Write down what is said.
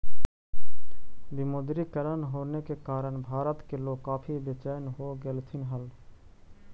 विमुद्रीकरण होने के कारण भारत के लोग काफी बेचेन हो गेलथिन हल